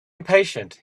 impatient